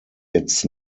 its